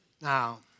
Now